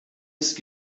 ist